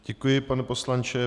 Děkuji, pane poslanče.